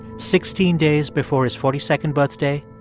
sixteen days before his forty second birthday,